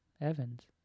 Evan's